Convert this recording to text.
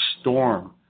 storm